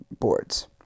boards